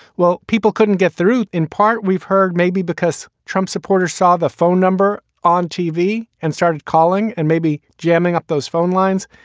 well, people couldn't get through in part. we've heard maybe because trump supporters saw the phone number on tv and started calling and maybe jamming up those phone lines.